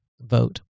vote